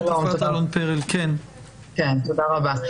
תודה רבה.